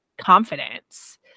confidence